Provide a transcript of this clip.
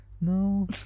No